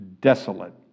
desolate